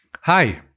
Hi